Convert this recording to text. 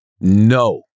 No